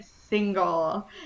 single